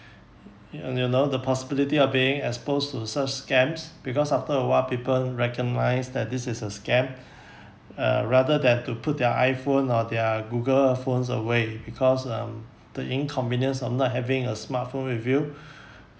and you know the possibility of being exposed to such scams because after a while people recognise that this is a scam uh rather than to put their iphone or their google phones away because um the inconvenience of not having a smart phone with you